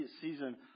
season